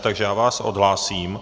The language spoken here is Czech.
Takže já vás odhlásím.